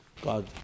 God